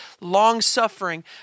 Long-suffering